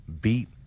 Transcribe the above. Beat